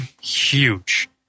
huge